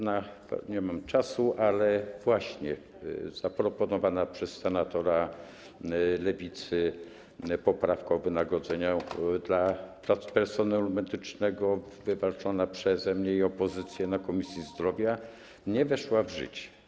Nie mam czasu, ale właśnie zaproponowana przez senatora Lewicy poprawka o wynagrodzeniach dla personelu medycznego wywalczona przeze mnie i opozycję na posiedzeniu Komisji Zdrowia nie weszła w życie.